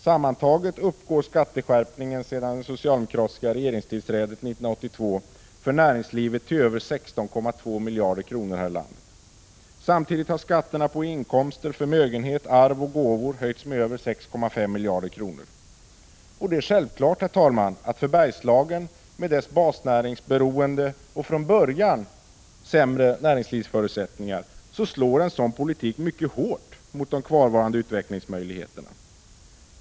Sammantaget uppgår skatteskärpningen för näringslivet sedan det socialdemokratiska regeringstillträdet 1982 till över 16,2 miljarder kronor här i landet. Samtidigt har skatterna på inkomster, förmögenhet, arv och gåvor höjts med över 6,5 miljarder kronor. För Bergslagen, med dess basnäringsberoende och från början sämre näringslivsförutsättningar, är det självklart att en sådan politik slår mycket hårt mot de kvarvarande utvecklingsmöjligheterna.